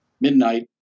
Midnight